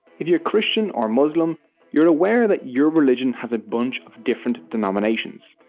if you're christian or muslim you're aware that your religion has a bunch of different denominations.